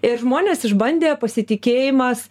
ir žmonės išbandė pasitikėjimas